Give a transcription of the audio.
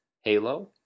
Halo